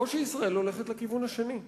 או שישראל הולכת לכיוון השני.